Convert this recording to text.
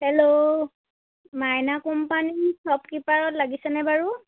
hello মাইনা company শ্বপকিপাৰত লাগিছেনে বাৰু